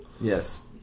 Yes